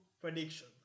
prediction